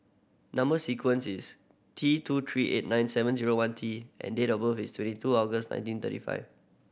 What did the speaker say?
number sequence is T two three eight nine seven zero one T and date of birth is twenty two August nineteen thirty five